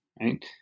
right